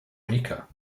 rica